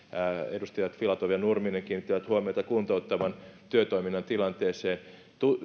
edustajat filatov ja nurminen kiinnittivät huomiota kuntouttavan työtoiminnan tilanne